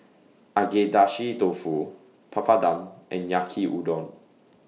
Agedashi Dofu Papadum and Yaki Udon